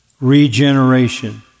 regeneration